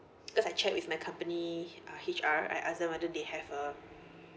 because I checked with my company uh H_R I ask them whether they have a